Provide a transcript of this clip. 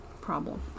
problem